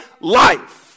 life